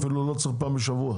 אפילו לא צריך פעם בשבוע.